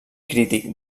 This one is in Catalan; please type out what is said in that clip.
crític